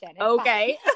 okay